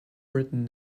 britain